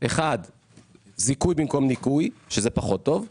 אחד זיכוי במקום ניכוי שזה פחות טוב.